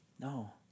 No